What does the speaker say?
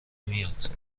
میاد